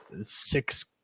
six